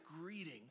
greeting